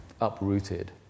uprooted